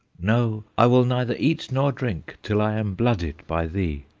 no, i will neither eat nor drink, till i am blooded by thee.